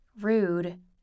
rude